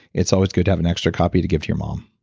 it's always good to have an extra copy to give to your mom